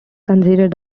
considered